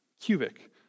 cubic